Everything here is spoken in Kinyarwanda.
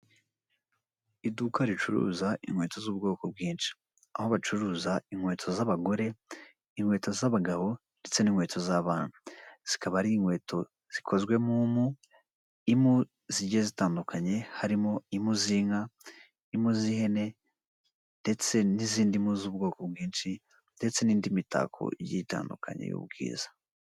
Iduka ricuruza inkweto z'ubwoko bwinshi, aho bacuruza inkweto z'abagore, inkweto z'abagabo ndetse n'inkweto z'abana, zikaba ari inkweto zikozwe mu mpu, impu zijyiye zitandukanye harimo impu z'inka, irimo z'ihene ndetse n'izindi mpu z'ubwoko bwinshi ndetse n'indi mitako igiye itandukanye y'ubwiza.